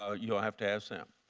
ah you'll have to ask them.